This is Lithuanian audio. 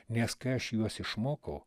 nes kai aš juos išmokau